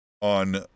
on